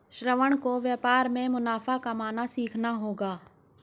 श्रवण को व्यापार में मुनाफा कमाना सीखना होगा